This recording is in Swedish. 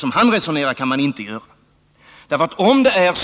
Man kan inte resonera som han gör.